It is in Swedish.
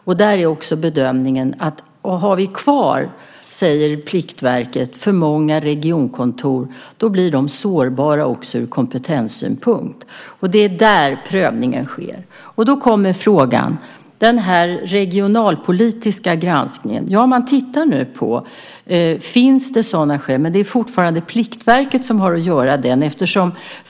Pliktverket säger att om vi har kvar för många regionkontor blir de sårbara också ur kompetenssynpunkt. Det är på det området prövningen sker. Vi kommer då till frågan om den regionalpolitiska granskningen. Man tittar på om det finns sådana skäl. Det är fortfarande Pliktverket som har att göra detta.